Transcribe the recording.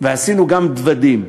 גם לגבי דוודים.